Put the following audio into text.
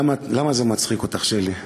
למה זה מצחיק אותך, שלי?